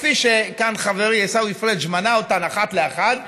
כפי שכאן חברי עיסאווי פריג' מנה אותן אחת לאחת ואמר: